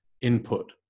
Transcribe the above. input